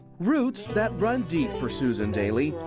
roots, than run deep for susan dailey.